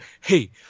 hey